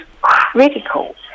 critical